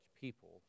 people